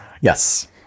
Yes